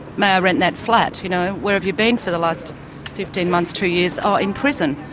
may i rent that flat? you know where have you been for the last fifteen months, two years? oh, in prison.